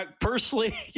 personally